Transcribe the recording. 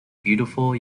beautiful